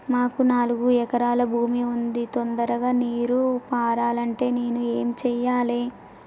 మాకు నాలుగు ఎకరాల భూమి ఉంది, తొందరగా నీరు పారాలంటే నేను ఏం చెయ్యాలే?